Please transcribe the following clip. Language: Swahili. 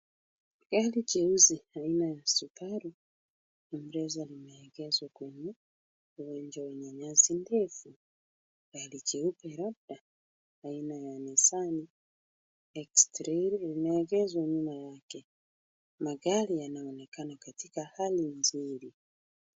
Gari jeusi aina ya Subaru ni kuegezwa limeegezwa uwanja wenye nyasi ndefu. Gari jeupe labda aina ya Nissan X-Trail limegezwa nyuma yake. Magari yanaonekana katika hali nzuri.